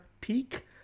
peak